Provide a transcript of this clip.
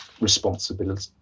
responsibility